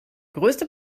größte